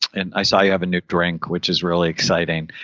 and i saw you have a new drink, which is really exciting.